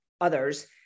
others